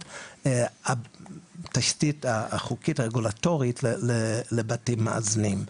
של התשתית החוקית הרגולטורית לבתים מאזנים.